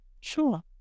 sure